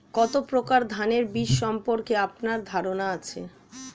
কত প্রকার ধানের বীজ সম্পর্কে আপনার ধারণা আছে?